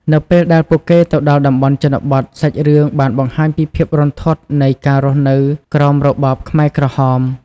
នៅពេលដែលពួកគេទៅដល់តំបន់ជនបទ សាច់រឿងបានបង្ហាញពីភាពរន្ធត់នៃការរស់នៅក្រោមរបបខ្មែរក្រហម។